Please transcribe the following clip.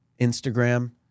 Instagram